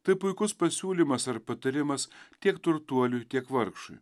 tai puikus pasiūlymas ar patarimas tiek turtuoliui tiek vargšui